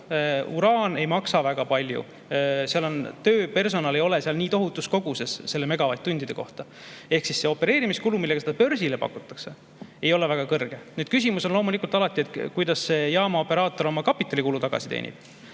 Uraan ei maksa väga palju, tööd, personali ei ole seal nii tohutus koguses nende megavatt-tundide kohta. Ehk opereerimiskulu, millega seda börsile pakutakse, ei ole väga kõrge. Nüüd, küsimus on loomulikult alati, kuidas jaama operaator oma kapitalikulu tagasi teenib.